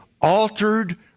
Altered